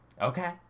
Okay